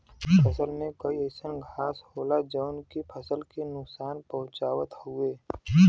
फसल में कई अइसन घास होला जौन की फसल के नुकसान पहुँचावत हउवे